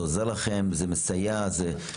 זה מסייע לכם?